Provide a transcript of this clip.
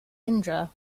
indra